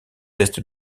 est